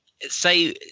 say